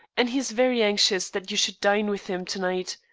and he is very anxious that you should dine with him to-night.